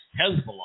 Hezbollah